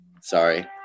Sorry